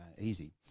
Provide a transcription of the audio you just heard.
easy